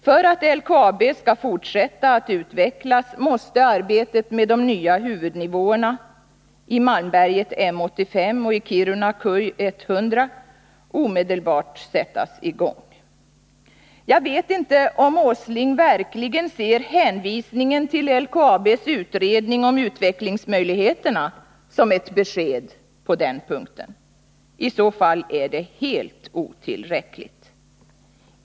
För att LKAB skall fortsätta att utvecklas måste arbetet med de nya huvudnivåerna i Malmberget M 85 och i Kiruna KUJ 100 omedelbart sättas i gång. Jag vet inte om Nils Åsling verkligen ser hänvisningen till LKAB:s utredning om utvecklingsmöjligheterna som ett besked på den punkten. I så fall är det helt otillräckligt.